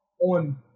on